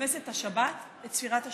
כשנכנסת השבת לא צריך את צפירת השבת,